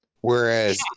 whereas